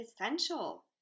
essential